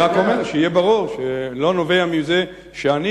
אני רק אומר שיהיה ברור שלא נובע מזה שאני